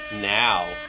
now